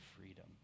freedom